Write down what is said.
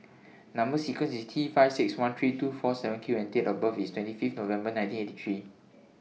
Number sequence IS T five six one three two four seven Q and Date of birth IS twenty Fifth November nineteen eighty three